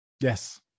Yes